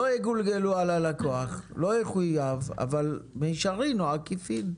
לא יגולגלו על הלקוח והוא לא יחויב אבל במישרין או בעקיפין.